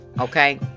okay